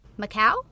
macau